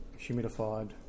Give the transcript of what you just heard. humidified